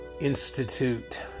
institute